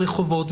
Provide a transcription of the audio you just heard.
ברחובות,